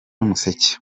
umuseke